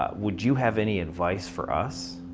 ah would you have any advice for us?